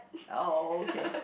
oh okay